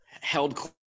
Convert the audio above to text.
held